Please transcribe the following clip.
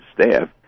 staff